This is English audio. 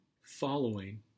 following